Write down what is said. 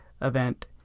event